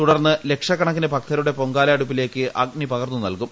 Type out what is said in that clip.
തുടർന്ന് ലക്ഷക്കണക്കിന് ഭക്തരുടെ പൊങ്കാല അടുപ്പിലേക്ക് അഗ്നി പകർന്നു നൽകും